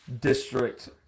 district